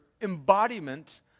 embodiment